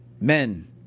men